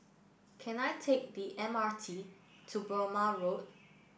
can I take the M R T to Burmah Road